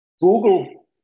Google